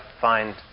find